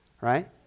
right